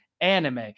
anime